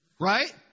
right